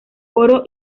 oro